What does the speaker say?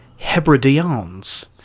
Hebrideans